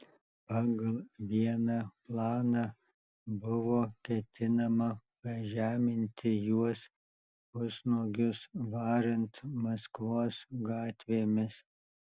pagal vieną planą buvo ketinama pažeminti juos pusnuogius varant maskvos gatvėmis